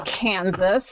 Kansas